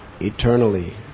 eternally